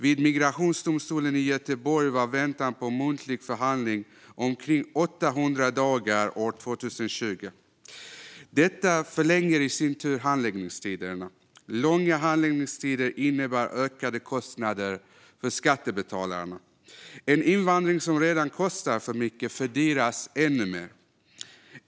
Vid migrationsdomstolen i Göteborg var väntan på muntlig förhandling omkring 800 dagar år 2020. Detta förlänger i sin tur handläggningstiderna. Långa handläggningstider innebär ökade kostnader för skattebetalarna. En invandring som redan kostar för mycket fördyras ännu mer.